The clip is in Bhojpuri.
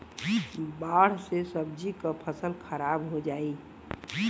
बाढ़ से सब्जी क फसल खराब हो जाई